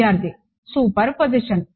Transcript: విద్యార్థి సూపర్పొజిషన్